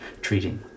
treating